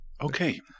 Okay